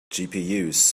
gpus